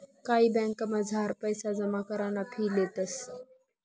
कायी ब्यांकसमझार पैसा जमा कराना फी लेतंस